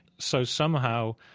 so somehow,